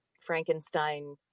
Frankenstein